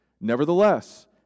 Nevertheless